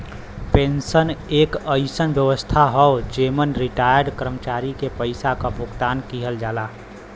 pension एक अइसन व्यवस्था हौ जेमन रिटार्यड कर्मचारी के पइसा क भुगतान किहल जाला